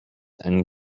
and